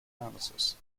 analysis